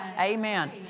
Amen